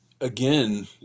again